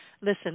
Listen